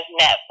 Netflix